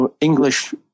English